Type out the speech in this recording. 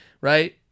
Right